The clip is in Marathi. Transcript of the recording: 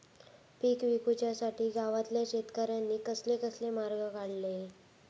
पीक विकुच्यासाठी गावातल्या शेतकऱ्यांनी कसले कसले मार्ग काढले?